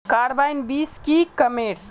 Carbine बीस की कमेर?